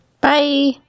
Bye